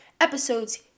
episodes